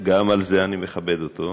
גם על זה אני מכבד אותו.